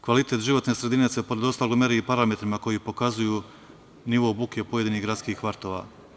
Kvalitet životne sredine se, pored ostalog, meri i parametrima koji pokazuju nivo buke pojedinih gradskih kvartova.